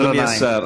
אדוני השר,